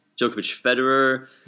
Djokovic-Federer